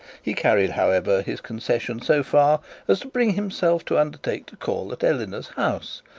he carried, however, his concession so far as to bring himself to undertake to call at eleanor's house,